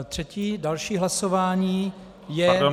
Třetí, další hlasování je